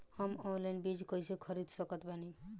हम ऑनलाइन बीज कइसे खरीद सकत बानी?